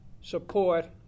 support